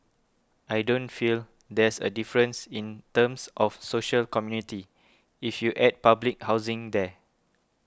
I don't feel there's a difference in terms of social community if you add public housing there